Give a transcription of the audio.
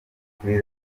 kuri